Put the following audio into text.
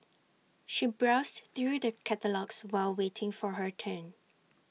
she browsed through the catalogues while waiting for her turn